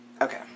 okay